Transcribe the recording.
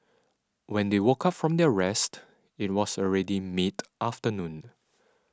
when they woke up from their rest it was already mid afternoon